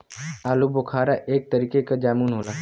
आलूबोखारा एक तरीके क जामुन होला